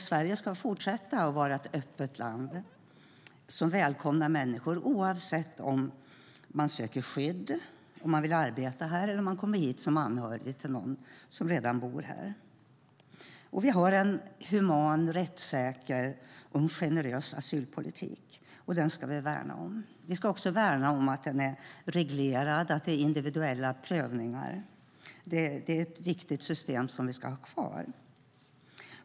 Sverige ska fortsätta vara ett öppet land som välkomnar människor oavsett om de söker skydd, vill arbeta här eller kommer hit som anhörig till någon som redan bor här. Vi har en human, rättssäker och generös asylpolitik, och den ska vi värna om. Vi ska också värna om att den är reglerad, att det är individuella prövningar. Det är ett viktigt system som vi ska ha kvar.